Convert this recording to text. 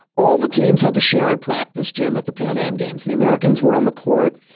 all the teams had to share a practice gym at the pan am games. the americans were on the court.